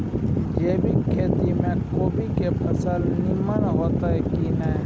जैविक खेती म कोबी के फसल नीमन होतय की नय?